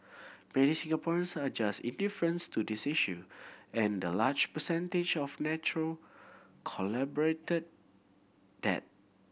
many Singaporeans are just indifference to this issue and the large percentage of neutral corroborated that